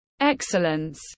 excellence